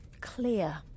clear